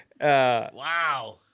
Wow